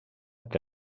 que